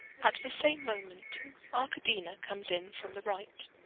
at the same moment arkadina comes in from the right,